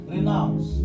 Renounce